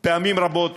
פעמים רבות